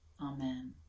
Amen